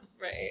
Right